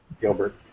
Gilbert